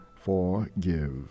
forgive